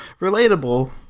relatable